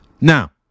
Now